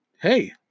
Hey